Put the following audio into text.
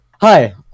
Hi